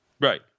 Right